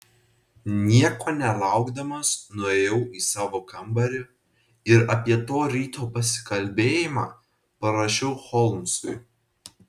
nieko nelaukdamas nuėjau į savo kambarį ir apie to ryto pasikalbėjimą parašiau holmsui